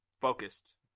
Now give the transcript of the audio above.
focused